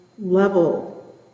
level